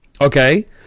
Okay